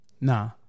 Nah